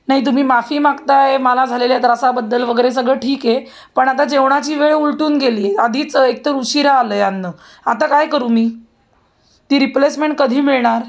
नाही तुम्ही माफी मागताय मला झालेल्या त्रासाबद्दल वगैरे सगळं ठीक आहे पण आता जेवणाची वेळ उलटून गेली आहे आधीच एकतर उशीरा आलं आहे अन्न आता काय करू मी ती रिप्लेसमेंट कधी मिळणार